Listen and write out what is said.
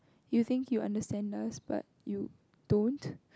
you think you understand us but you don't